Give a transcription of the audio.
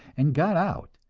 and got out,